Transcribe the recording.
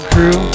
Crew